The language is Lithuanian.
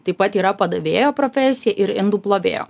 taip pat yra padavėjo profesija ir indų plovėjo